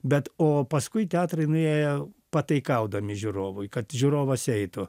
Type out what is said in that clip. bet o paskui teatrai nuėjo pataikaudami žiūrovui kad žiūrovas eitų